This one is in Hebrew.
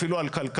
אפילו על כלכלה,